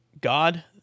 God